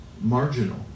marginal